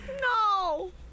No